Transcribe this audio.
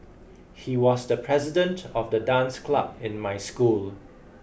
he was the president of the dance club in my school